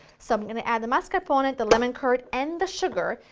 so i'm going to add the mascarpone, the lemon curd and the sugar.